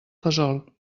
fesol